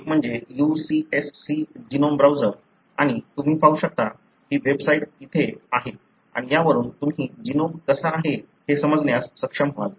एक म्हणजे UCSC genome browser आणि तुम्ही पाहू शकता की वेबसाइट येथे आहे आणि त्यावरून तुम्ही जीनोम कसा आहे हे समजण्यास सक्षम व्हाल